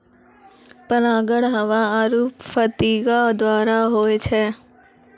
परागण हवा आरु फतीगा द्वारा होय छै